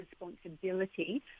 responsibility